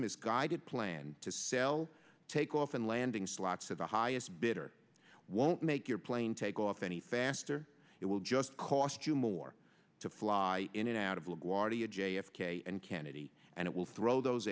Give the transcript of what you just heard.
misguided plan to sell takeoff and landing slots at the highest bidder won't make your plane take off any faster it will just cost you more to fly in and out of la guardia j f k and cannady and it will throw those